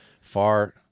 far